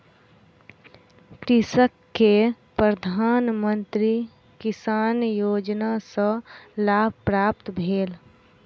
कृषक के प्रधान मंत्री किसान योजना सॅ लाभ प्राप्त भेल